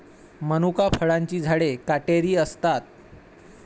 मनुका फळांची झाडे काटेरी असतात